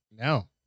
No